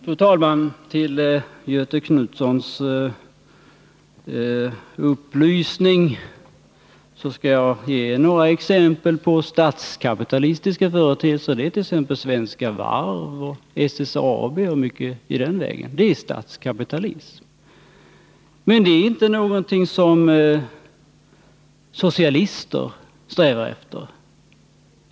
Fru talman! För Göthe Knutsons upplysning skall jag ge några exempel på statskapitalistiska företeelser. Svenska Varv och SSAB t.ex. — det är statskapitalism. Men det är inte någonting som socialister strävar efter.